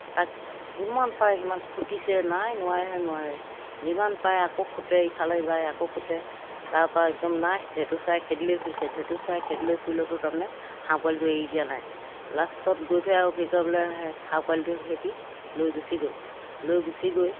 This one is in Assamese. তাক যিমান পাৰে সিমান খুটিছে নাই নোৱাৰেহে নোৱাৰে যিমান পাৰে আকৌ খুটে ইফালে যায় আকৌ খুটে তাৰপৰা একদম নাই ঢেঁতু চৰাই খেদিলৈ শুইছে ঢেঁতু চৰাই খেদলৈ ফুৰিলেতো তাৰমানে হাঁহ পোৱালিটো এৰি দিয়া নাই লাষ্টত গৈ থৈ আৰু কি কয় বোলে হাঁহ পোৱালিটোৰ হেঁতি লৈ গুচি গ'ল লৈ গুচি গৈ